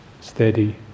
steady